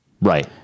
Right